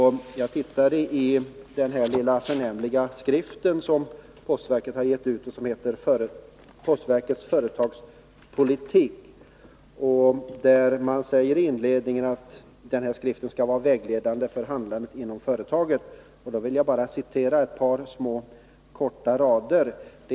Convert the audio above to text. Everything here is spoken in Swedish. Jag tittade i den lilla förnämliga skrift som postverket givit ut och som heter Postverkets företagspolitik. I inledningen sägs att skriften skall vara vägledande för handlandet inom företaget, och jag vill citera ett par rader.